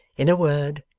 in a word,